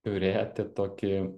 turėti tokį